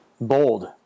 Bold